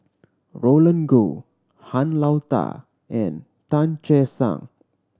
Roland Goh Han Lao Da and Tan Che Sang